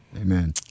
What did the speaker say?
Amen